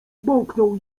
bąknął